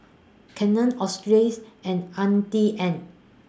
Canon Australis and Auntie Anne's